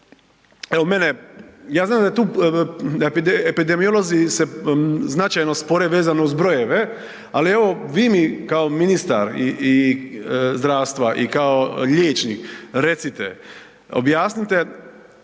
evo mene, ja znam da je tu epidemiolozi se značajno spore vezano uz brojeve, ali evo vi mi kao ministar zdravstva i kao liječnik recite, objasnite,